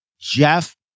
Jeff